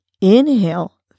Inhale